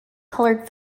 colored